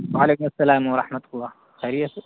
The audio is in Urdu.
وعلیکم السلام ورحمۃ اللہ خیریت ہے